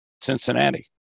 Cincinnati